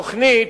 לתוכנית,